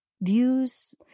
views